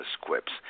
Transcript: Quips